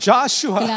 Joshua